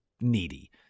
needy